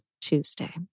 Tuesday